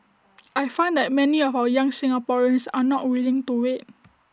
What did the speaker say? I find that many of our young Singaporeans are not willing to wait